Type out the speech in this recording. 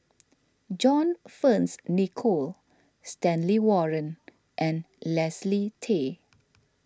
John Fearns Nicoll Stanley Warren and Leslie Tay